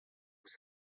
vous